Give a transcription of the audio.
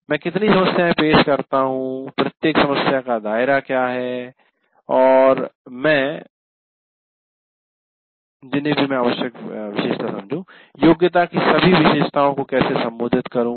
मैं कितनी समस्याएं पेश करता हूं प्रत्येक समस्या का दायरा क्या है और मैं जिन्हें भी मैं आवश्यक विशेषताए समझू योग्यता की सभी विशेषताओं को कैसे संबोधित करूं